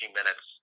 minutes